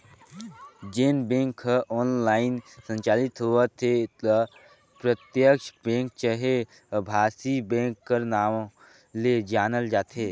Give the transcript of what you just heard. जेन बेंक ह ऑनलाईन संचालित होवत हे ल प्रत्यक्छ बेंक चहे अभासी बेंक कर नांव ले जानल जाथे